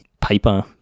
paper